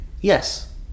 yes